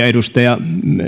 edustaja